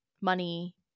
money